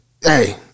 Hey